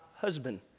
husband